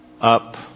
up